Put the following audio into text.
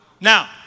Now